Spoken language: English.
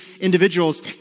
individuals